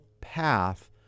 path